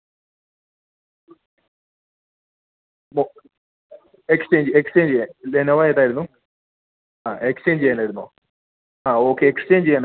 ആഹാ ഓ റൊണാൾഡോ തന്നെ റൊണാൾഡോ തന്നെ ജയിക്കാനേ സാധ്യതയുള്ളു കാരണം ആ മറ്റവന്മാരുടെ ടീം അത്ര പോരല്ലോ അർജെൻ്റീനയുടെ അത്ര സെറ്റ് അല്ല അതുകൊണ്ട് എനിക്ക് തോന്നുന്നില്ല ജയിക്കുമെന്ന്